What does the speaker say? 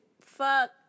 fuck